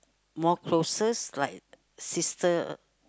more closest like sister